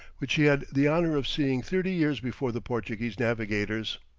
which he had the honour of seeing thirty years before the portuguese navigators.